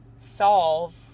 solve